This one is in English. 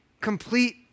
complete